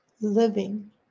living